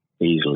Easily